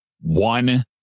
one